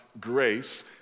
grace